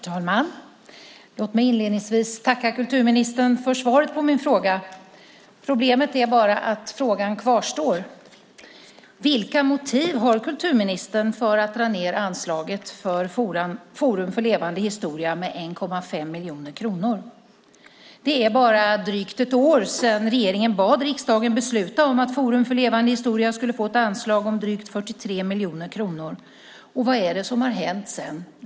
Herr talman! Låt mig inledningsvis tacka kulturministern för svaret på min fråga. Problemet är bara att frågan kvarstår. Vilka motiv har kulturministern för att dra ned anslaget för Forum för levande historia med 1,5 miljoner kronor? Det är bara drygt ett år sedan regeringen bad riksdagen besluta om att Forum för levande historia skulle få ett anslag om drygt 43 miljoner kronor. Vad är det som har hänt sedan dess?